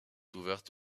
ouverte